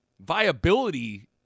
viability